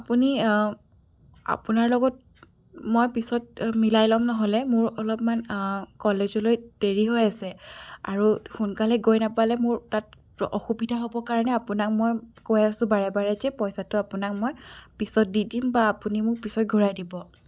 আপুনি আপোনাৰ লগত মই পিছত মিলাই ল'ম নহ'লে মোৰ অলপমান কলেজলৈ দেৰি হৈ আছে আৰু সোনকালে গৈ নাপালে মোৰ তাত অসুবিধা হ'ব কাৰণে আপোনাক মই কৈ আছোঁ বাৰে বাৰে যে পইচাটো আপোনাক মই পিছত দি দিম বা আপুনি মোক পিছত ঘূৰাই দিব